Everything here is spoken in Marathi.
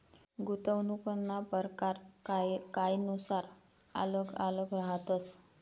गुंतवणूकना परकार कायनुसार आल्लग आल्लग रहातस